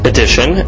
Edition